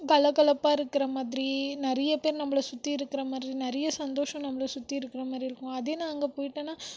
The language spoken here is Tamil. கலகலப்பாக இருக்கிற மாதிரி நிறைய பேர் நம்மள சுற்றி இருக்கிற மாதிரி நிறைய சந்தோஷம் நம்மள சுற்றி இருக்கிறமாதிரி இருக்கும் அதே நாங்கள் போயிட்டேனா